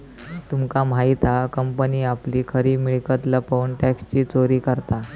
तुमका माहित हा कंपनी आपली खरी मिळकत लपवून टॅक्सची चोरी करता